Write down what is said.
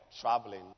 traveling